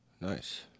Nice